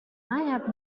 have